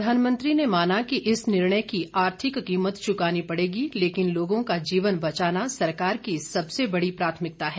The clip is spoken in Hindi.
प्रधानमंत्री ने माना कि इस निर्णय की आर्थिक कीमत चुकानी पड़ेगी लेकिन लोगों का जीवन बचाना सरकार की सबसे बड़ी प्राथमिकता है